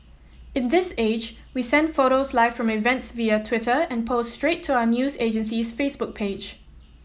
in this age we send photos live from events via Twitter and post straight to our news agency's Facebook page